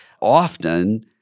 often